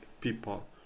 people